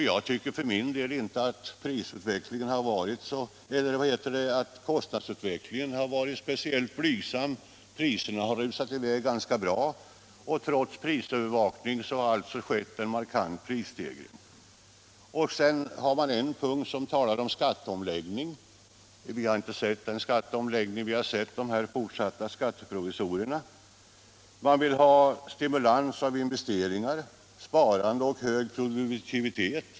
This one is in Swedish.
Jag tycker för min del inte att kostnadsutvecklingen har varit speciellt blygsam. Priserna har rusat i väg ganska bra, och trots prisövervakning har det skett en markant prisstegring. Sedan finns det en punkt som heter Skatteomläggning. Vi har inte sett den skatteomläggningen. Vi har sett de fortsatta skatteprovisorierna. En punkt heter Stimulans av investeringar, sparande och hög produktivitet.